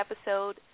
episode